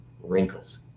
wrinkles